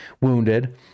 wounded